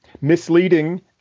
misleading